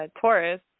Taurus